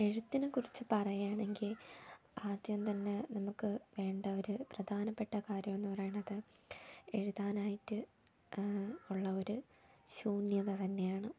എഴുത്തിനെക്കുറിച്ച് പറയാണെങ്കിൽ ആദ്യം തന്നെ നമുക്ക് വേണ്ട ഒരു പ്രധാനപ്പെട്ട കാര്യമെന്ന് പറയണത് എഴുതാനായിട്ട് ഉള്ള ഒരു ശൂന്യത തന്നെയാണ്